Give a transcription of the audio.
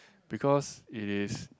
because it is